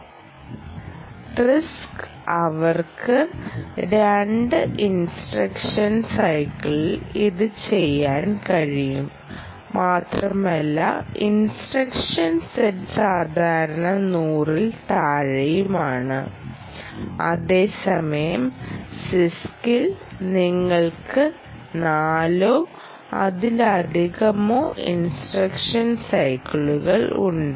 ആർഐഎസ്സിയിൽ അവർക്ക് രണ്ട് ഇൻസ്ട്രക്ഷൻ സൈക്കിളുകളിൽ ഇത് ചെയ്യാൻ കഴിയും മാത്രമല്ല ഇൻസ്ട്രക്ഷൻ സെറ്റ് സാധാരണ 100 ൽ താഴെയുമാണ് അതേസമയം സിഐഎസ്സിയിൽ നിങ്ങൾക്ക് നാലോ അതിലധികമോ ഇൻസ്ട്രക്ഷൻ സൈക്കിൾ ഉണ്ട്